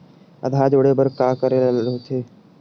आधार जोड़े बर का करे ला होथे?